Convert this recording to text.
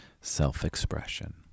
self-expression